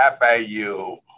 FAU